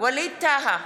ווליד טאהא,